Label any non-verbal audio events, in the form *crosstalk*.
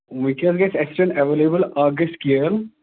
وٕنۍکٮ۪س گژھِ *unintelligible* اٮ۪ویلیبٕل اکھ گژھِ کیل